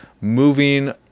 moving